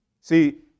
See